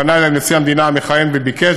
פנה אלי נשיא המדינה המכהן וביקש,